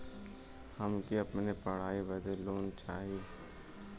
हमके अपने पढ़ाई बदे लोन लो चाही?